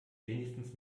wenigstens